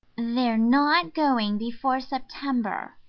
they're not going before september,